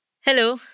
Hello